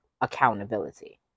accountability